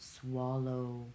swallow